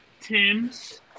Tim's